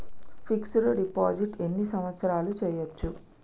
Fix డ్ deposit ఎన్ని సంవత్సరాలు చేయచ్చు?